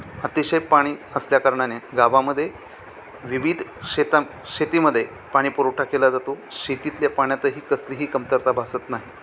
अतिशय पाणी असल्या कारणाने गावामध्ये विविध शेतामध्ये शेतीमध्ये पाणी पुरवठा केला जातो शेतीतल्या पाण्यातही कसलीही कमतरता भासत नाही